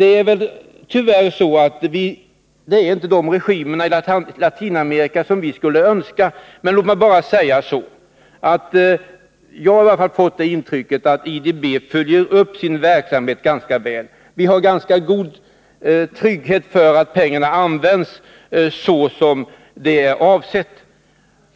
Tyvärr är det så att det inte är de regimer som vi skulle önska som har makten i Latinamerika. Låt mig bara säga att jag i alla fall fått intrycket att IDB följer upp sin verksamhet ganska väl. Vi kan känna oss trygga för att pengarna används som avsetts.